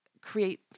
create